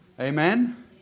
Amen